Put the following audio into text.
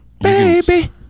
Baby